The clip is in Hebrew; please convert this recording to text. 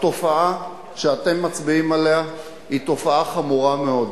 התופעה שאתם מצביעים עליה היא תופעה חמורה מאוד.